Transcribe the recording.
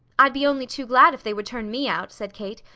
i'd be only too glad if they would turn me out, said kate.